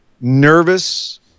nervous